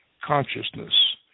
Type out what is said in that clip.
consciousness